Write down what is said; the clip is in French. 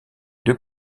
deux